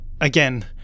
again